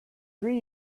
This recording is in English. three